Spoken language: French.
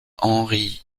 henri